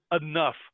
enough